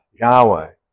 Yahweh